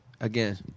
again